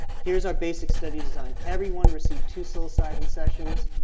here's our basic study design. everyone received two psilocybin sessions.